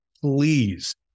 Please